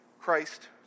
Christ